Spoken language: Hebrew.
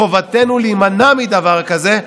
מחובתנו להימנע מדבר כזה,